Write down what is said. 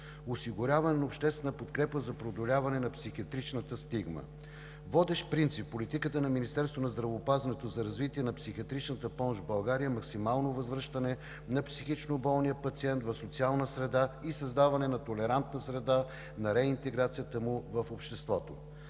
осигуряване на обществена подкрепа за преодоляване на психиатричната стигма. Водещ принцип в политиката на Министерството на здравеопазването за развитие на психиатричната помощ в България е максимално възвръщане на психично болния пациент в социална среда и създаване на толерантна среда на реинтеграцията му в обществото.